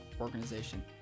organization